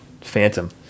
Phantom